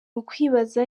ukwibaza